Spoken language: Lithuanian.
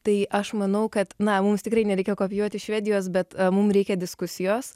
tai aš manau kad na mums tikrai nereikia kopijuoti švedijos bet mums reikia diskusijos